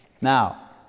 Now